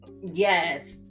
Yes